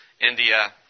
India